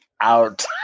out